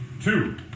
two